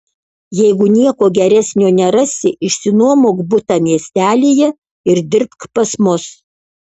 jeigu nieko geresnio nerasi išsinuomok butą miestelyje ir dirbk pas mus